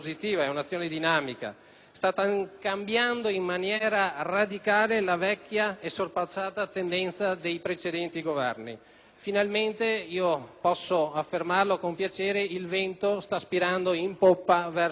sta cambiando in maniera radicale la vecchia e sorpassata tendenza dei precedenti Governi. Finalmente, posso affermarlo con piacere, il vento sta spirando in poppa verso la nostra agricoltura.